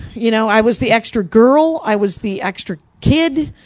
you know, i was the extra girl, i was the extra kid.